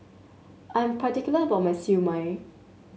I'm particular about my Siew Mai